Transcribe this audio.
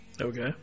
Okay